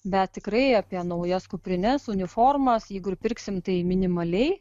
bet tikrai apie naujas kuprines uniformos jeigu pirksim tai minimaliai